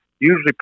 usually